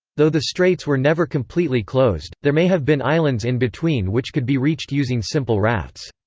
though the straits were never completely closed, there may have been islands in between which could be reached using simple rafts.